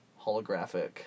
holographic